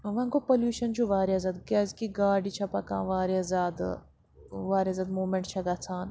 وۄنۍ گوٚو پٔلوٗشَن چھُ وارِیاہ زیادٕ کیٛازکہِ گاڑِ چھےٚ پَکان وارِیاہ زیادٕ وارِیاہ زیادٕ موٗمٮ۪نٛٹ چھےٚ گَژھان